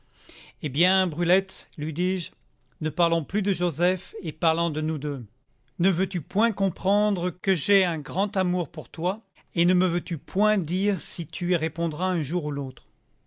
eh bien brulette lui dis-je ne parlons plus de joseph et parlons de nous deux ne veux-tu point comprendre que j'ai un grand amour pour toi et ne me veux-tu point dire si tu y répondras un jour ou l'autre